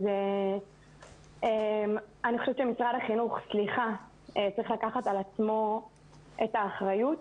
אז אני חושבת שמשרד החינוך צריך לקחת על עצמו את האחריות,